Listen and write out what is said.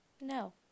No